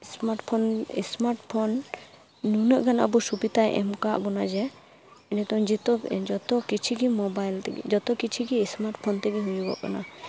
smart phone smart phone ᱱᱩᱱᱟᱹᱜ ᱜᱟᱱ ᱟᱵᱚ ᱥᱩᱵᱤᱫᱷᱟᱭ ᱮᱢ ᱠᱟᱜ ᱵᱚᱱᱟ ᱡᱮ ᱱᱤᱛᱚᱝ ᱡᱚᱛᱚ ᱠᱤᱪᱷᱩ ᱜᱮ ᱢᱳᱵᱟᱭᱤᱞ ᱛᱮᱜᱮ ᱡᱚᱛᱚ ᱠᱤᱪᱷᱩ ᱜᱮ ᱥᱢᱟᱨᱴ ᱯᱷᱳᱱ ᱛᱮᱜᱮ ᱦᱩᱭᱩᱜᱚᱜ ᱠᱟᱱᱟ